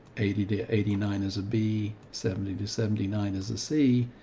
eighty to eighty nine is a b, seventy to seventy nine is a c,